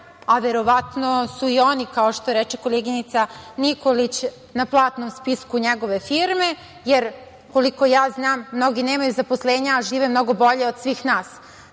a verovatno su i oni kao što reče koleginica Nikolić na platnom spisku njegove firme, jer koliko znam, mnogi nemaju zaposlenje, a žive mnogo bolje od svih nas.